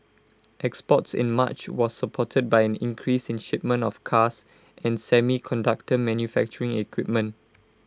exports in March was supported by an increase in shipments of cars and semiconductor manufacturing equipment